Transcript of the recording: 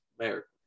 America